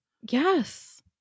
Yes